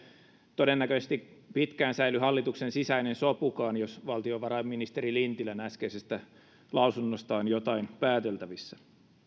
todennäköisesti pitkään säily hallituksen sisäinen sopukaan jos valtiovarainministeri lintilän äskeisestä lausunnosta on jotain pääteltävissä